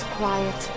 quiet